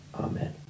Amen